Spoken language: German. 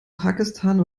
pakistan